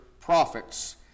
prophets